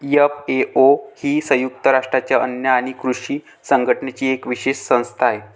FAO ही संयुक्त राष्ट्रांच्या अन्न आणि कृषी संघटनेची एक विशेष संस्था आहे